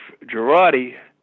Girardi